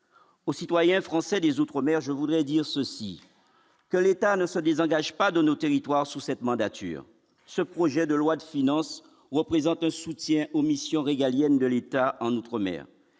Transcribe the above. aux citoyens français des Outremers, je voudrais dire ceci : que l'État ne se désengage pas de nos territoires sous cette mandature, ce projet de loi de finances représente un soutien aux missions régaliennes de l'État en outre-mer,